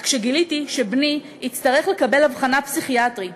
אך כשגיליתי שבני יצטרך לקבל אבחנה פסיכיאטרית